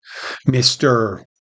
Mr